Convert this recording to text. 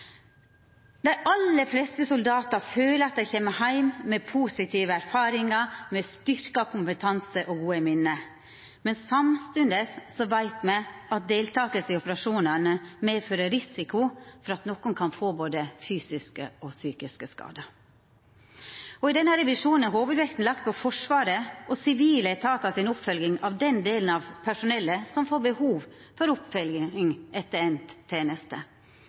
aller fleste soldater føler at de kommer hjem med positive erfaringer, styrket kompetanse og gode minner. Samtidig vet man at deltakelse i operasjonene medfører risiko for at noen kan få både psykiske og fysiske skader.» I denne revisjonen er hovudvekta lagd på oppfølginga frå Forsvaret og sivile etatar av dei av personellet som får behov for oppfølging etter